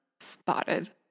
Spotted